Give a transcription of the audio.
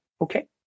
Okay